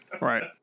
Right